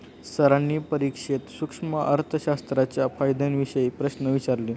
सरांनी परीक्षेत सूक्ष्म अर्थशास्त्राच्या फायद्यांविषयी प्रश्न विचारले